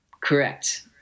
Correct